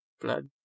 Blood